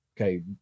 okay